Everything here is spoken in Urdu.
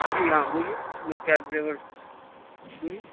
جی ہاں بولیے میں کیب ڈرائیور بولیے